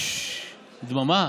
ששש, דממה,